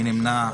מי נמנע?